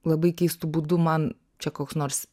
labai keistu būdu man čia koks nors